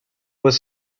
was